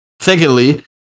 Secondly